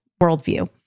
worldview